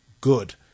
good